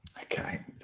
Okay